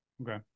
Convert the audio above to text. okay